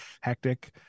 hectic